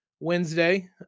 Wednesday